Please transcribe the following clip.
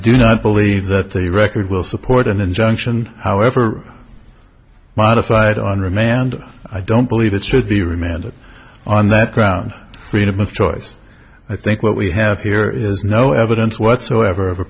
do not believe that the record will support an injunction however modified on remand i don't believe it should be remanded on that ground freedom of choice i think what we have here is no evidence whatsoever of a